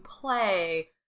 play